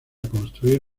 construir